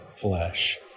flesh